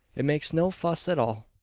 it makes no fuss at all,